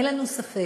אין לנו ספק